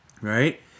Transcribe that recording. right